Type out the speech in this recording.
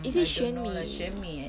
is it 玄米